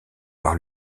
par